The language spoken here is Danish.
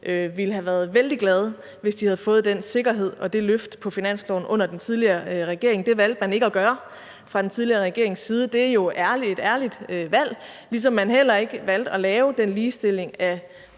ville have været vældig glade, hvis de havde fået den sikkerhed og det løft på finansloven under den tidligere regering. Det valgte man ikke at gøre fra den tidligere regerings side, og det er jo et ærligt valg, ligesom man heller ikke valgte at lave den ligestilling af